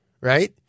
right